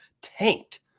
tanked